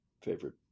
favorite